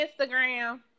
Instagram